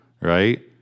right